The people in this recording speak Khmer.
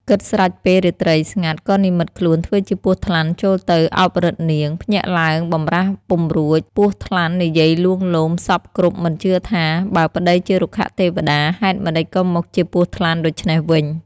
គិតស្រេចពេលរាត្រីស្ងាត់ក៏និម្មិតខ្លួនធ្វើជាពស់ថ្លាន់ចូលទៅ អោបរឹតនាង! ភ្ញាក់ឡើងបំរះពុំរួចបួសថ្លាន់និយាយលួង លោមសព្វគ្រប់មិនជឿថា បើប្ដីជារុក្ខទេវតា ហេតុម្ដេចក៏មកជាពស់ថ្លាន់ដូច្នេះវិញ។